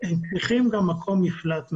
אבל צריך גם מקום מפלט מההמולה.